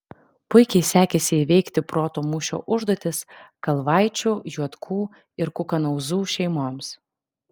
puikiai sekėsi įveikti proto mūšio užduotis kalvaičių juotkų ir kukanauzų šeimoms